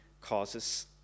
causes